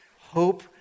hope